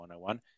101